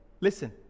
listen